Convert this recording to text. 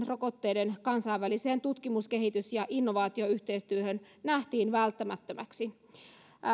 rokotteiden kansainväliseen tutkimus kehitys ja innovaatioyhteistyöhön nähtiin välttämättömäksi